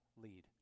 lead